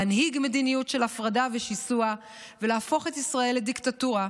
להנהיג מדיניות של הפרדה ושיסוע ולהפוך את ישראל לדיקטטורה,